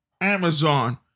Amazon